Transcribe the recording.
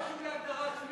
מה זה קשור להגדרה עצמית?